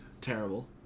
terrible